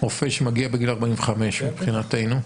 רופא שמגיע בגיל 45, מבחינתנו?